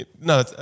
No